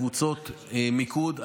לקבוצות מיקוד,